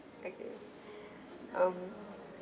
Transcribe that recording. like the um